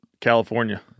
California